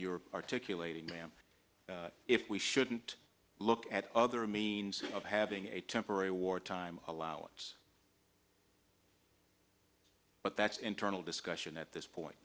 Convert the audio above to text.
you're articulating ma'am if we shouldn't look at other means of having a temporary wartime allowance but that's internal discussion at this point